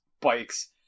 bikes